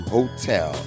Hotel